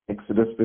Exodus